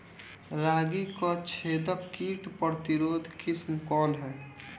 रागी क छेदक किट प्रतिरोधी किस्म कौन ह?